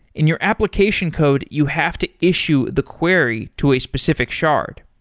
in your application code, you have to issue the query to a specific shard.